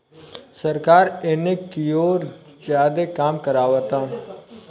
सरकार एने कियोर ज्यादे काम करावता